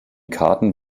karten